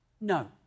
No